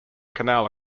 canal